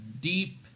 deep